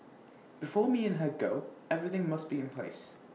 before me and her go everything must be in place